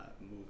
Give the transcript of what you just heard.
move